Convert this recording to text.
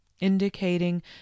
indicating